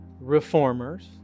Reformers